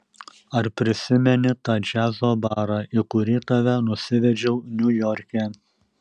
ar prisimeni tą džiazo barą į kurį tave nusivedžiau niujorke